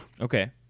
Okay